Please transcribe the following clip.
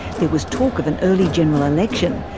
there was talk of an early general election,